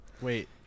Wait